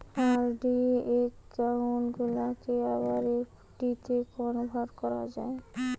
RD account গুলাকে আবার এফ.ডিতে কনভার্ট করা যায়